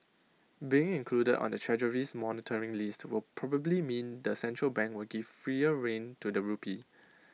being included on the Treasury's monitoring list will probably mean the central bank will give freer rein to the rupee